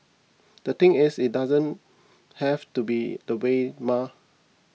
the thing is it doesn't have to be that way mah